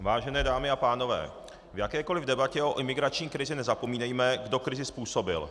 Vážené dámy a pánové, v jakékoli debatě o imigrační krizi nezapomínejme, kdo krizi způsobil.